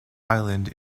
island